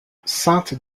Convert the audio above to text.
saintes